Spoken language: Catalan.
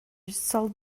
sol